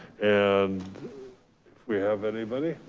and we have anybody?